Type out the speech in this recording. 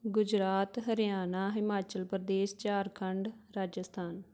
Gujarat Haryana Himachal Pradesh Jharkhand Rajasthan